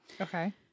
Okay